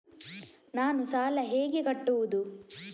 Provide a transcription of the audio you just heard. ನಾನು ಸಾಲ ಹೇಗೆ ಕಟ್ಟುವುದು?